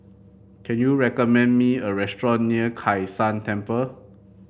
can you recommend me a restaurant near Kai San Temple